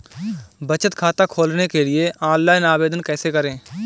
बचत खाता खोलने के लिए ऑनलाइन आवेदन कैसे करें?